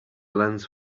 lens